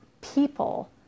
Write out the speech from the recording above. people